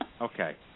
Okay